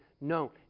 No